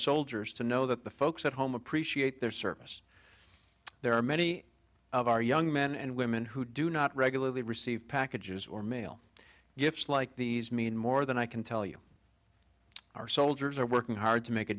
soldiers to know that the folks at home appreciate their service there are many of our young men and women who do not regularly receive packages or mail gifts like these mean more than i can tell you our soldiers are working hard to make a